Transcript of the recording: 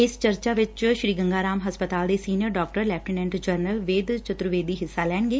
ਇਸ ਚਰਚਾ ਵਿਚ ਸ੍ਰੀ ਗੰਗਾ ਰਾਮ ਹਸਪਤਾਲ ਦੇ senior doctor lieutenant general Ved Chaturvedi ਹਿੱਸਾ ਲੈਣਗੇ